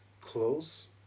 close